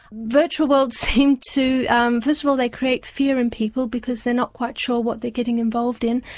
virtual worlds seem to um first of all they create fear in people because they're not quite sure what they're getting involved in,